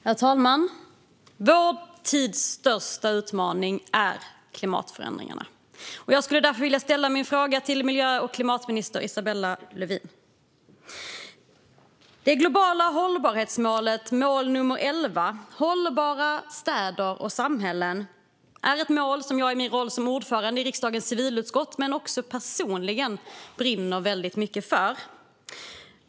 Herr talman! Vår tids största utmaning är klimatförändringarna. Jag vill därför ställa min fråga till miljö och klimatminister Isabella Lövin. Det globala hållbarhetsmålet nr 11, Hållbara städer och samhällen, är ett mål som jag i min roll som ordförande i riksdagens civilutskott men också personligen brinner väldigt mycket för.